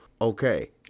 okay